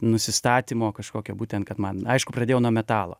nusistatymo kažkokio būtent kad man aišku pradėjau nuo metalo